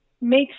makes